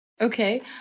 Okay